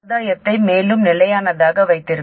இது ஆதாயத்தை மேலும் நிலையானதாக வைத்திருக்கும்